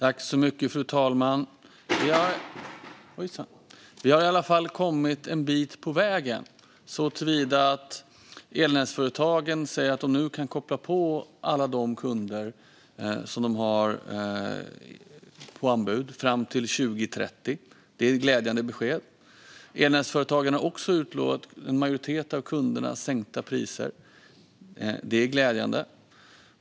Fru talman! Vi har i alla fall kommit en bit på vägen, såtillvida att elnätsföretagen säger att de nu kan koppla på alla kunder som de har på anbud fram till 2030. Det är glädjande besked. Elnätsföretagen har också utlovat en majoritet av kunderna sänkta priser. Det är glädjande.